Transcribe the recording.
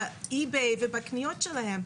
לטמיון בקניות שלהם.